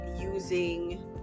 using